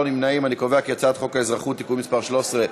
אנחנו עוברים להצבעה על הצעת חוק האזרחות (תיקון מס' 13),